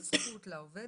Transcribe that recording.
לתת זכות לעובדת,